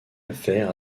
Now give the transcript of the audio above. affaire